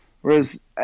Whereas